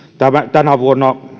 tänä vuonna